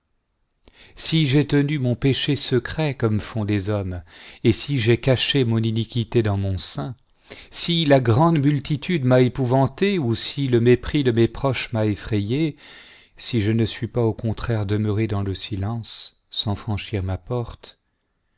si j'ai tenu mon péché secret comme font les hommes et si j'ai caché mon iniquité dans mon sein si la grande multitude m'a épouvanté ou si le mépris de mes proches m'a effrayé si je ne suis pas au contraire demeuré dans le silence sans franciiir ma porte